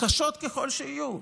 קשות ככל שיהיו,